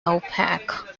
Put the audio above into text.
opaque